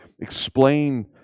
explain